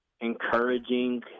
encouraging